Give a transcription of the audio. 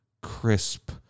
crisp